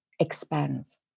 expands